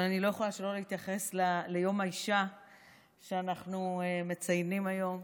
אבל אני לא יכולה שלא להתייחס ליום האישה שאנחנו מציינים היום.